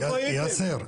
איפה הייתם,